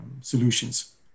solutions